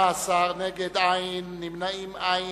בעד, 18, נגד, אין, נמנעים, אין.